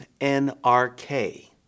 N-R-K